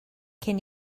cyn